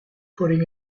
putting